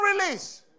release